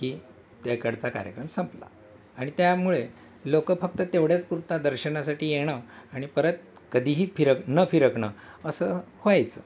की त्याकडचा कार्यक्रम संपला आणि त्यामुळे लोक फक्त तेवढ्याच पुरतं दर्शनासाठी येणं आणि परत कधीही फिरक न फिरकणं असं व्हायचं